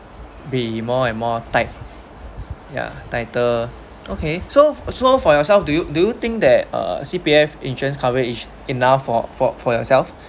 be more and more tight tighter okay so as long for yourself do you do think that uh C_P_F insurance coverage enough for for for yourself